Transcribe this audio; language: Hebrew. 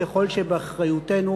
ככל שבאחריותנו,